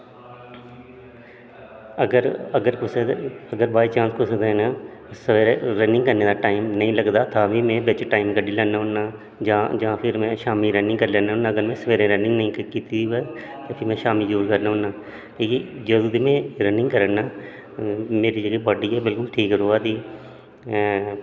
अगर अगर कुसै दे अगर बाइ चांस कुसै दिन सवेरे रनिंग करने दा टाइम नेईं लगदा तां बी में बिच्च टाइम कड्ढी लैन्ना होन्नां जां जां फिर में शाम्मी रनिंग करी लैन्ना होन्नां अगर में सवेरे रनिंग नेईं कीती दी होऐ ते फ्ही में शाम्मी जरूर करना होन्नां मिगी जदूं दी में रनिंग करा ना मेरी जेह्ड़ी बाड्डी ऐ बिलकुल ठीक रवा दी ऐ